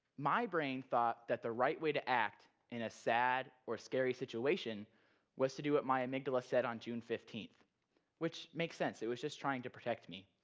my brain thought that the right way to act in a sad or scary situation was to do what my amygdala said on june fifteenth which makes sense it was just trying to protect me.